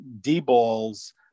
d-balls